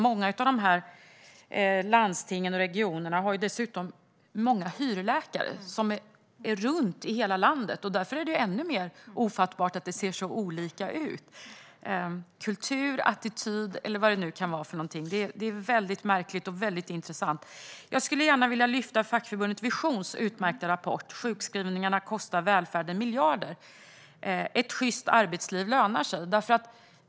Många av landstingen och regionerna anlitar dessutom hyrläkare. De reser runt i hela landet. Därför är det ännu mer ofattbart att det ser så olika ut i fråga om kultur, attityd eller vad det nu är. Det är märkligt och intressant. Jag skulle vilja lyfta fram fackförbundet Visions utmärkta rapport Sjukskrivningarna kostar välfärden miljarder - Ett schyst arbetsliv lönar sig .